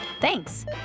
Thanks